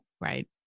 Right